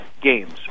games